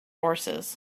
horses